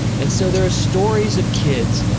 and so there are stories of kids